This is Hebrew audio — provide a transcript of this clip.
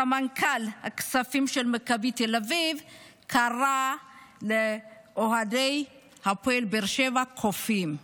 סמנכ"ל הכספים של מכבי תל אביב קרא לאוהדי הפועל באר שבע "קופים".